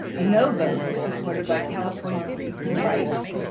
a no vote is supported by california for equal rights,